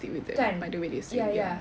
kan ya ya ya